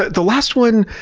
the last one,